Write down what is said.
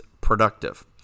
productive